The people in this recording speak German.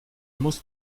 muss